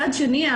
מצד שני,